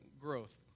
growth